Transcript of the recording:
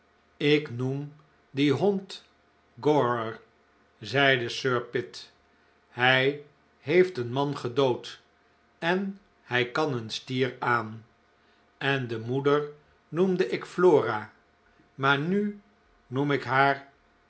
ik noem dien hond gorer zeide sir pitt hij heeft een man gedood en hij kan een stier aan en de moeder noemde ik flora maar nu noem ik haar